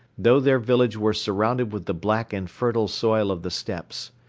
though their village were surrounded with the black and fertile soil of the steppes.